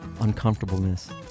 uncomfortableness